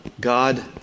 God